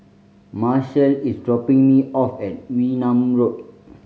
marshall is dropping me off at Wee Nam Road